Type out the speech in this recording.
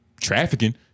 trafficking